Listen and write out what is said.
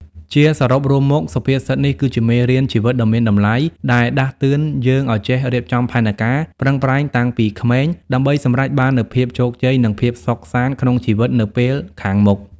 ជាសរុបរួមមក សុភាសិតនេះគឺជាមេរៀនជីវិតដ៏មានតម្លៃ ដែលដាស់តឿនយើងឲ្យចេះរៀបចំផែនការ ប្រឹងប្រែងតាំងពីក្មេង ដើម្បីសម្រេចបាននូវភាពជោគជ័យ និងភាពសុខសាន្តក្នុងជីវិតនៅពេលខាងមុខ។